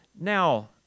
Now